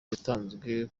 yatanzwe